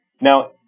Now